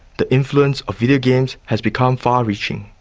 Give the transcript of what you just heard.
the influence of videogames has become far-reaching,